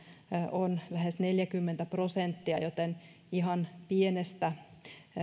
on lähes neljäkymmentä prosenttia joten ihan pienestä